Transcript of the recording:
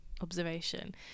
observation